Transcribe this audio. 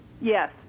Yes